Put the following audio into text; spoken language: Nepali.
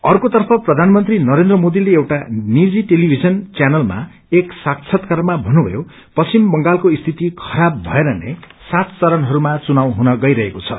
अकोतर्फ प्रधानमन्त्री नरेन्द्र मोदीले एउटा निजी टेलिभिजन च्यानलमा एक साक्षात्कारमा भन्नुभयो पश्चिम बंगालको स्थिति खराब भएर नै सात चरणहरूमा चुनाव हुन गइरहेको छ